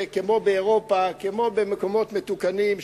כמו באירופה וכמו במקומות מתוקנים,